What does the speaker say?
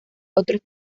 otros